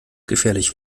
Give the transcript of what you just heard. gefährlich